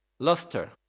Luster